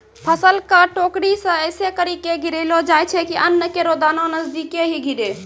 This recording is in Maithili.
फसल क टोकरी सें ऐसें करि के गिरैलो जाय छै कि अन्न केरो दाना नजदीके ही गिरे